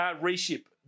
Reship